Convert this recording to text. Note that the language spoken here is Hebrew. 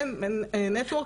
זה נטוורקינג פנימי.